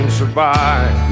survive